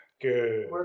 Good